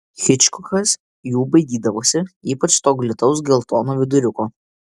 hičkokas jų baidydavosi ypač to glitaus geltono viduriuko